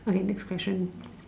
okay next question